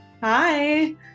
Hi